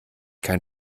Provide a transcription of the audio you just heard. kein